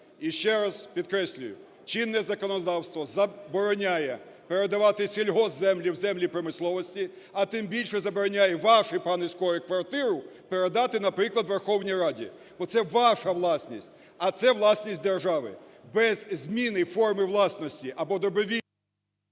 І ще раз підкреслюю, чинне законодавство забороняє передавати сільгоспземлі в землі промисловості, а тим більше забороняє, вашу, пане Скорик, квартиру передати, наприклад, Верховній Раді. Бо це ваша власність. А це власність держави. Без зміни форми власності або добровільної…